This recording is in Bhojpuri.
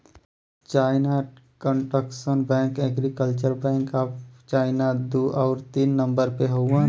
China construction bank, agriculture bank of China दू आउर तीन नम्बर पे हउवन